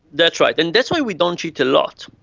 that's right, and that's why we don't cheat a lot.